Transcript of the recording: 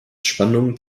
spannungen